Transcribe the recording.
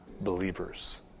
believers